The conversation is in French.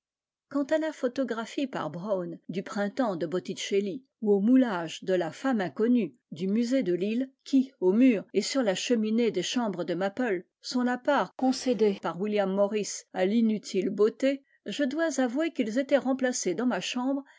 quant à la photographie par brown du printemps de botticelli ou au moulage de la femme inconnue du musée de lille qui aux murs et sur la cheminée des chambres de maple sont la part concédée par william morris à l'inutile beauté je dois avouer qu'ils étaient remplacés dans ma chambre